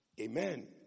Amen